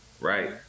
right